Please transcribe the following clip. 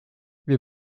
wir